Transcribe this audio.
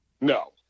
No